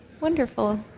Wonderful